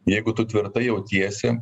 jeigu tu tvirtai jautiesi